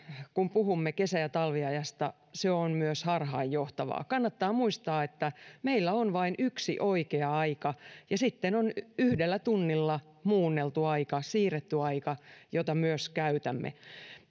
kun puhumme kesä ja talviajasta se on osittain myös harhaanjohtavaa kannattaa muistaa että meillä on vain yksi oikea aika ja sitten on yhdellä tunnilla muunneltu aika siirretty aika jota myös käytämme